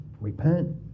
Repent